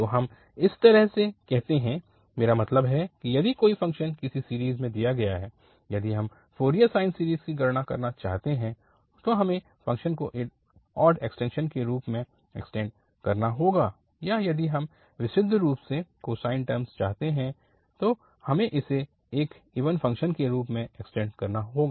तो हम इस तरह से करते हैं मेरा मतलब है कि यदि कोई फ़ंक्शन किसी सीरीज़ में दिया गया है यदि हम फ़ोरियर साइन सीरीज़ की गणना करना चाहते हैं तो हमें फ़ंक्शन को एक ऑड एक्सटेंशन के रूप में एक्सटेंड करना होगा या यदि हम विशुद्ध रूप से कोसाइन टर्मस चाहते हैं हमें इसे एक इवन फ़ंक्शन के रूप में एक्सटेंड करना होगा